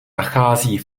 nachází